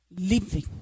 Living